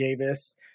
Davis